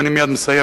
ואני מייד מסיים,